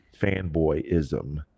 fanboyism